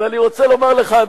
אבל אני רוצה לומר לך,